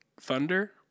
Thunder